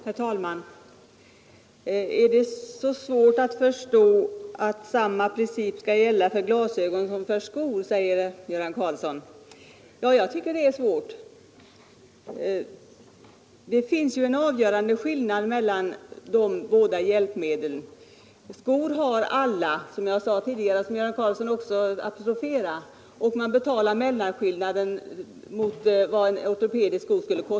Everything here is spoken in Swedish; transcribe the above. Herr talman! Är det så svårt att förstå att samma princip skall gälla för glasögon som för skor, säger herr Karlsson i Huskvarna. Ja, jag tycker det är svårt. Det är ju en avgörande skillnad mellan de båda hjälpmedlen. Skor har alla, som jag sade tidigare och som herr Karlsson också apostroferade. Den handikappade får mellanskillnaden i kostnad mellan en vanlig sko och en ortopedisk.